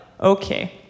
Okay